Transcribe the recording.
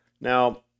Now